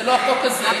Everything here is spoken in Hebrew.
זה לא החוק הזה.